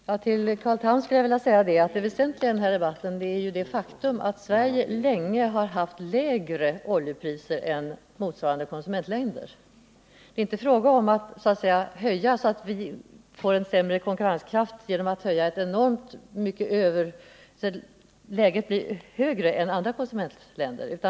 Herr talman! Till Carl Tham skulle jag vilja säga att det väsentliga är det faktum att Sverige länge har haft lägre oljepriser än jämförbara konsumentländer. Det är inte fråga om att försämra konkurrenskraften genom att höja priserna så , att de blir högre än andra konsumentländers.